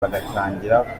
bagatangira